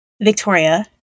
Victoria